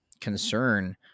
concern